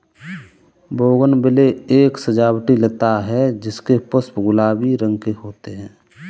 bougainvillea एक सजावटी लता है जिसके पुष्प गुलाबी रंग के होते है